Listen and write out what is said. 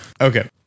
Okay